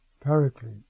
Paraclete